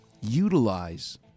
utilize